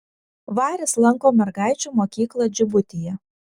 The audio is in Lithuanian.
varis lanko mergaičių mokyklą džibutyje